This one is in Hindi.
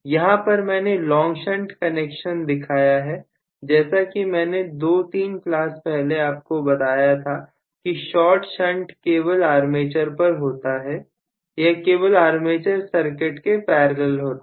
यहां पर मैंने लॉन्ग शंट कनेक्शन दिखाया है जैसा की मैंने दो तीन क्लास पहले आपको बताया था की शार्ट शंट केवल आर्मेचर पर होता है यह केवल आर्मेचर सर्किट के पैरेलल होता है